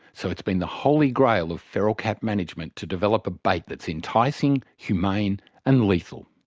so it's been the holy grail of feral cat management to develop a bait that's enticing, humane and lethal.